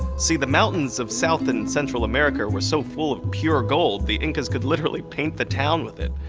see, the mountains of south and central america were so full of pure gold the incas could literally paint the town with it.